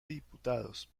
diputados